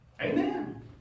amen